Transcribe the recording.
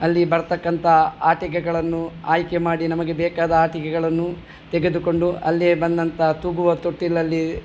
ಅಲ್ಲಿ ಬರ್ತಕ್ಕಂಥ ಆಟಿಕೆಗಳನ್ನು ಆಯ್ಕೆ ಮಾಡಿ ನಮಗೆ ಬೇಕಾದ ಆಟಿಕೆಗಳನ್ನು ತೆಗೆದುಕೊಂಡು ಅಲ್ಲಿಯೇ ಬಂದಂಥ ತೂಗುವ ತೊಟ್ಟಿಲಲ್ಲಿ